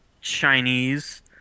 chinese